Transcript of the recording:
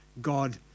God